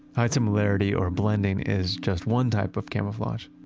high similarity or blending is just one type of camouflage.